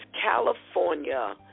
California